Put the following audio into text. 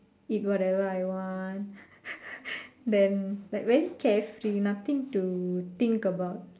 eat whatever I want then like very carefree nothing to think about